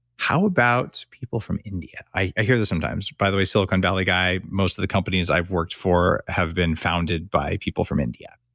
how about people from india? i hear this sometimes. by the way, silicon valley guy, most of the companies i've worked for have been founded by people from india.